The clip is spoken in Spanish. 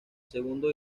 segundo